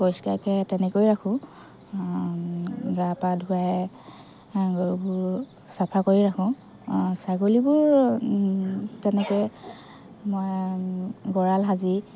পৰিষ্কাৰকে তেনেকৈ ৰাখোঁ গা পা ধুৱাই গৰুবোৰ চাফা কৰি ৰাখোঁ ছাগলীবোৰ তেনেকে ময়ে গঁৰাল সাজি